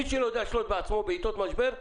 מי שלא יודע לשלוט בעצמו בעתות משבר,